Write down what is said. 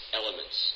elements